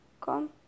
come